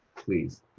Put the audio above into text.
please.